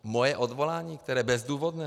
Moje odvolání, které je bezdůvodné?